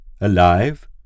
Alive